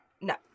No